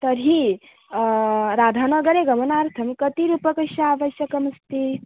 तर्हि राधानगरे गमनार्थं कति रूप्यकस्य आवश्यकता अस्ति